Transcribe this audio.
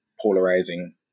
polarizing